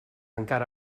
encara